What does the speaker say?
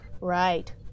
Right